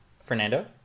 Fernando